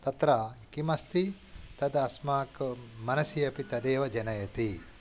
तत्र किमस्ति तद् अस्माकं मनसि अपि तदेव जनयति